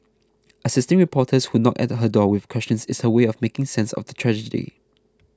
assisting reporters who knock at her door with questions is her way of making sense of the tragedy